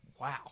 Wow